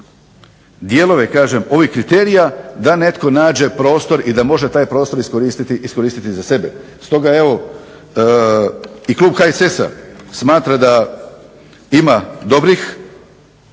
dijelove ovih kriterija da netko nađe prostor i da može taj prostor iskoristiti za sebe. Stoga evo, i klub HSS-a smatra da ima dobrih